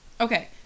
Okay